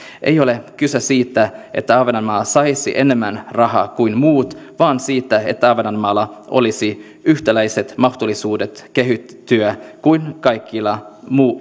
ei ole kyse siitä että ahvenanmaa saisi enemmän rahaa kuin muut vaan siitä että ahvenanmaalla olisi yhtäläiset mahdollisuudet kehittyä kuin kaikilla